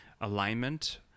alignment